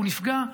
הוא נפגע.